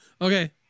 okay